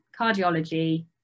cardiology